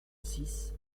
six